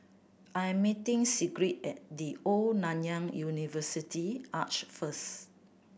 I'm meeting Sigrid at The Old Nanyang University Arch first